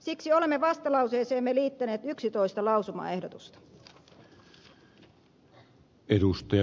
siksi olemme vastalauseeseemme liittäneet yksitoista lausumaehdotusta